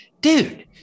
dude